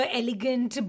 elegant